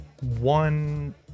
one